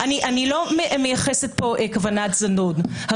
אני לא מייחסת כאן כוונת זדון.